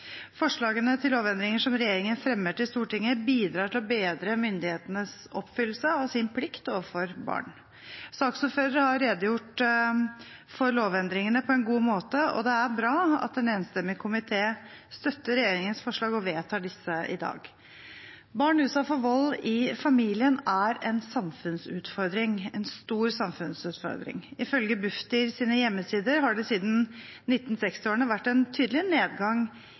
Forslagene til lovendringer som regjeringen fremmer til Stortinget, bidrar til å bedre myndighetenes oppfyllelse av sin plikt overfor barn. Saksordføreren har redegjort for lovendringene på en god måte, og det er bra at en enstemmig komité støtter regjeringens forslag og vedtar disse i dag. Barn utsatt for vold i familien er en samfunnsutfordring, en stor samfunnsutfordring. Ifølge Bufdirs hjemmesider har det siden 1960-årene vært en tydelig nedgang